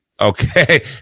okay